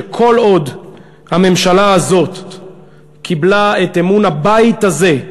שכל עוד הממשלה הזאת קיבלה את אמון הבית הזה,